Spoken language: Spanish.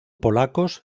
polacos